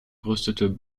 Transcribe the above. rüstete